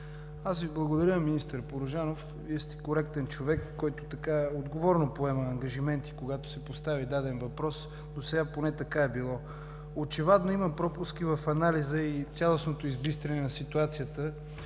Аз Ви благодаря, министър Порожанов, Вие сте коректен човек, който отговорно поема ангажименти, когато се постави даден въпрос, поне досега така е било. Очевадно има пропуски в анализа и цялостното избистряне на ситуацията